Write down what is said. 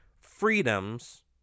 freedoms